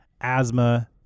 asthma